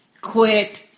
quit